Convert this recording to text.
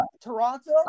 Toronto